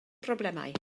problemau